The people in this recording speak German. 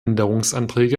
änderungsanträge